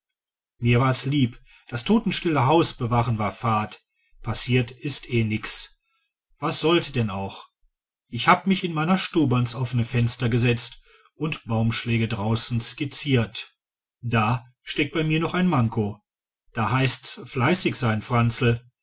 mir war's lieb das totenstille haus bewachen war fad passiert ist eh nix was sollt denn auch ich hab mich in meiner stube ans offene fenster gesetzt und baumschläge draußen skizziert da steckt bei mir noch ein manko da heißt's fleißig sein franzl